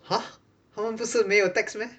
!huh! 他们不是没有 tax meh